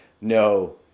No